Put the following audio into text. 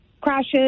crashes